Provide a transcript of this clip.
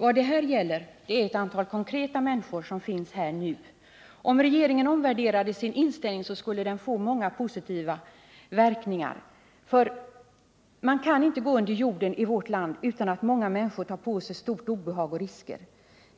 Vad det dessutom gäller är ett antal människor som befinner sig här nu. Om regeringen omvärderade sin inställning skulle det få många positiva verkningar. Man kan inte gå under jorden i vårt land utan att många människor tar på sig stort obehag och stora risker.